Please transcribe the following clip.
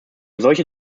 solche